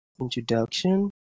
introduction